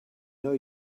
know